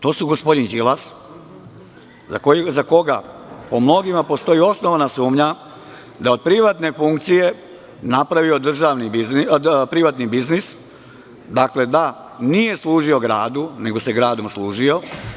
To su gospodin Đilas, za koga po mnogima postoji osnovana sumnja da je od privatne funkcije napravio privatni biznis, da nije služio gradu nego se gradom služio.